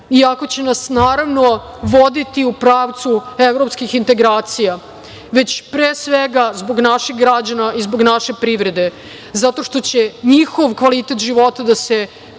iako će nas naravno voditi u pravcu evropskih integracija već, pre svega zbog naših građana i zbog naše privrede, zato što će njihov kvalitet života da se